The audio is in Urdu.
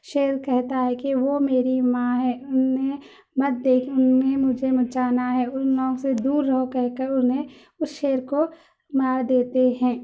شیر کہتا ہے کہ وہ میری ماں ہے ان نے مت دیکھ ان نے مجھے بچانا ہے ان لوگوں سے دور رہو کہہ کر انہیں اس شیر کو مار دیتے ہیں